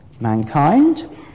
mankind